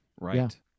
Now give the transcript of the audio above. right